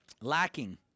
lacking